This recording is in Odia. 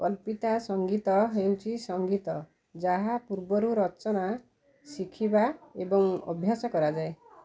କଲପିତା ସଂଗୀତ ହେଉଛି ସଂଗୀତ ଯାହା ପୂର୍ବରୁ ରଚନା ଶିଖିବା ଏବଂ ଅଭ୍ୟାସ କରାଯାଏ